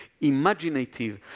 imaginative